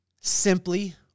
simply